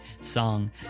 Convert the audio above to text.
song